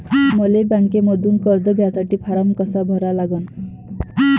मले बँकेमंधून कर्ज घ्यासाठी फारम कसा भरा लागन?